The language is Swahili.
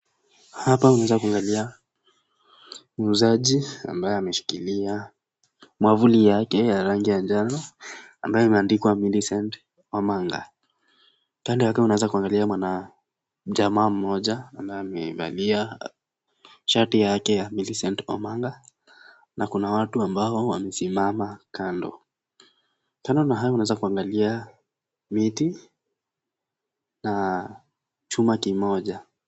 Hapa unaweza kuangalia muuzaji ambaye ameshikilia mwavuli yake ya rangi ya njano ambayo imeandikwa Millicent Omanga, upande wake unaweza kuangalia mwanachama mmoja ambaye ameivalia shati yake ya Millicent Omanga na kuna watu ambao wamesimama kando, kando na hayo unaweza kuangalia miti na chuma kimoja.